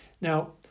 Now